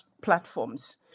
platforms